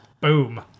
boom